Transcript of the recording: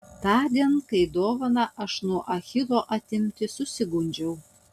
tądien kai dovaną aš nuo achilo atimti susigundžiau